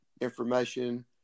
information